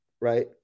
right